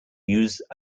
use